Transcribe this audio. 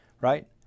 right